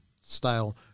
style